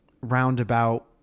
roundabout